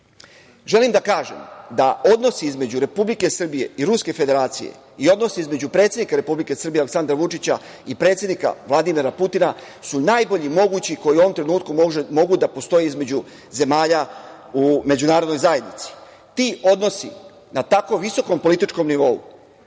da kažem da odnosni između Republike Srbije i Ruske Federacije i odnosi između predsednika Republike Srbije Aleksandra Vučića i predsednika Vladimira Putina su najbolji mogući koji u ovom trenutku mogu da postoje između zemalja u Međunarodnoj zajednici. Ti odnosi na tako visokom političkom nivou